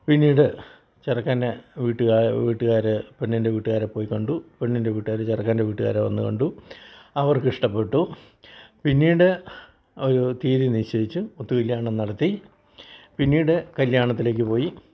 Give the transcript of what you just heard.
പിന്നീട് ചെറുക്കൻറെ വീട്ടുകാർ വീട്ടുകാർ പെണ്ണിൻ്റെ വീട്ടുകാരെ പോയി കണ്ടു പെണ്ണിൻ്റെ വീട്ടുകാർ ചെറുക്കൻ്റെ വീട്ടുകാരെ വന്ന് കണ്ടു അവർക്ക് ഇഷ്ട്ടപെട്ടു പിന്നീട് അവർ തിയതി നിശ്ചയിച്ച് ഒത്ത് കല്യാണം നടത്തി പിന്നിട് കല്യാണത്തിലേക്ക് പോയി